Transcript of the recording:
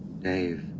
Dave